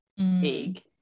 big